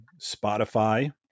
Spotify